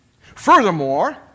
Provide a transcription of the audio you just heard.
Furthermore